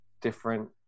different